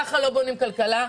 כך לא בונים כלכלה,